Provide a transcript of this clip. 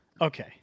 Okay